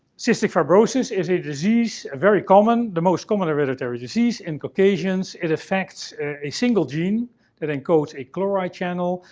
cystic fibrosis is a disease. a very common. the most common hereditary disease in caucasians. it affects a single gene that encodes a chloride channel,